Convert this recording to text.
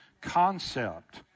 concept